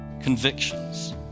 convictions